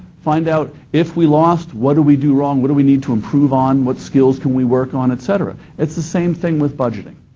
find out if we lost, what did we do wrong, what do we need to improve on, what skills could we work on, etc. it's the same thing with budgeting.